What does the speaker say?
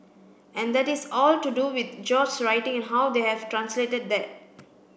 and that is all to do with George's writing and how they have translated that